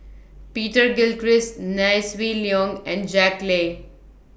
Peter Gilchrist Nai Swee Leng and Jack Lai